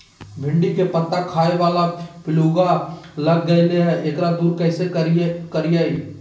भिंडी के पत्ता खाए बाला पिलुवा लग गेलै हैं, एकरा दूर कैसे करियय?